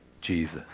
Jesus